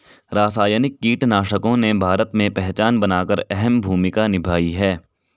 रासायनिक कीटनाशकों ने भारत में पहचान बनाकर अहम भूमिका निभाई है